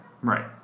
Right